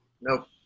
Nope